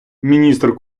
міністр